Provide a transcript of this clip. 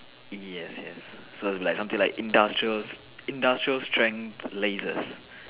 yes yes so it's like something like industrial industrial strength lasers